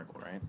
right